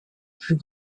plus